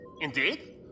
Indeed